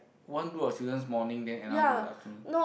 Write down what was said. one group of students morning then another group is afternoon